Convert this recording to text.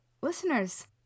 Listeners